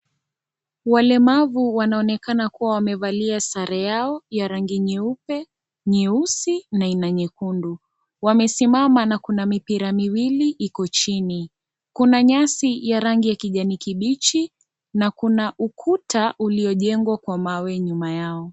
Walemavu wanaonekana kuwa wamevalia sare yao ya rangi nyeupe, nyeusi na ina nyekundu . Wamesimama na kuna mipira miwili iko chini, kuna nyasi ya rangi ya kijani kibichi na kuna ukuta uliojengwa kwa mawe nyuma yao.